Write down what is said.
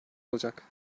olacak